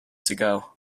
sago